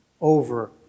Over